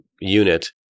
unit